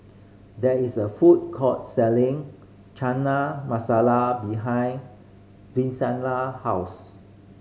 there is a food court selling Chana Masala behind Vincenza house